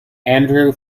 andrew